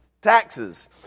taxes